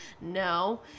no